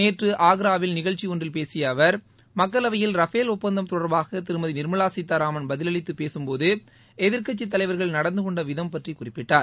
நேற்று ஆக்ராவில் நிகழ்ச்சி ஒன்றில் பேசிய அவர் மக்களவையில் ரபேல் ஒப்பந்தம் தொடர்பாக திருமதி நிர்மலா சீத்தாராமன் பதிலளித்து பேசும்போது எதிர்க்கட்சித் தலைவர்கள் நடந்து கொண்ட விதம் பற்றி குறிப்பிட்டார்